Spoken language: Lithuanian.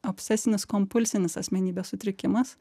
obsesinis kompulsinis asmenybės sutrikimas